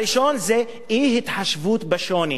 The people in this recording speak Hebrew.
הראשון זה אי-התחשבות בשוני,